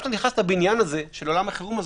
גם כשאתה נכנס לבניין של עולם החירום הזה,